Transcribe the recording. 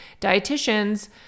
dietitians